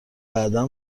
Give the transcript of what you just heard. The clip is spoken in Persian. بعدا